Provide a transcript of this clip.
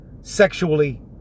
sexually